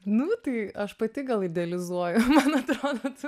nu tai aš pati gal idealizuoju man atrodo